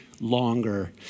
longer